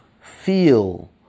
feel